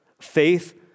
Faith